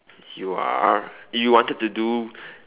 you are you wanted to do